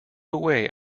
way